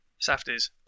Safties